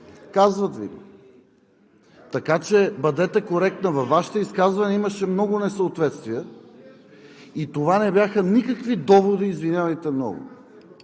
казват Ви го! Така че бъдете коректна. Във Вашето изказване имаше много несъответствия и това не бяха никакви доводи, извинявайте много.